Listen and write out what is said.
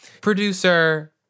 Producer